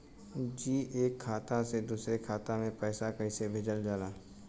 जी एक खाता से दूसर खाता में पैसा कइसे भेजल जाला?